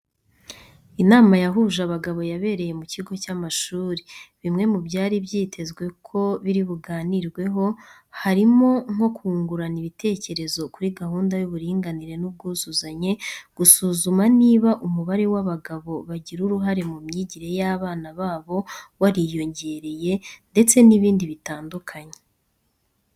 Inama yahuje abagabo yabereye ku kigo cy'amashuri. Bimwe mu byari byitezwe ko biri buganirweho harimo nko kungurana ibitekerezo kuri gahunda y'uburinganire n'ubwuzuzanye, gusuzuma niba umubare w'abagabo bagira uruhare mu myigire y'abana babo wariyongereye, ndetse n'ibindi bitandukanye.